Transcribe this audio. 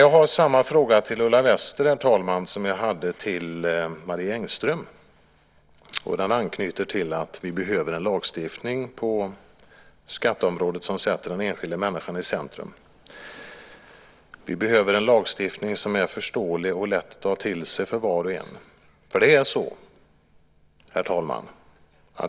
Jag har samma fråga till Ulla Wester som jag hade till Marie Engström. Den anknyter till att vi behöver en lagstiftning på skatteområdet som sätter den enskilda människan i centrum. Vi behöver också en lagstiftning som är förståelig och lätt att ta till sig för var och en.